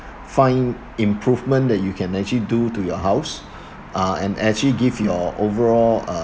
find improvement that you can actually do to your house uh and actually give uh overall